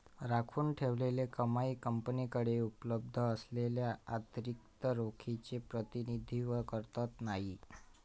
राखून ठेवलेली कमाई कंपनीकडे उपलब्ध असलेल्या अतिरिक्त रोखीचे प्रतिनिधित्व करत नाही